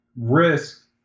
risk